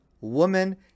woman